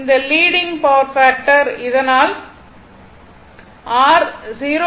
இது leading power factor அதனால் இது r 0